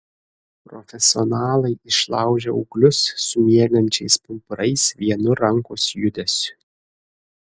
profesionalai išlaužia ūglius su miegančiais pumpurais vienu rankos judesiu